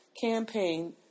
campaign